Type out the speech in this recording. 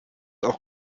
auch